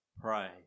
pray